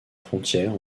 frontière